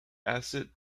acid